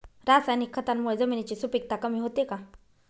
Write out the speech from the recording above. रासायनिक खतांमुळे जमिनीची सुपिकता कमी होते का?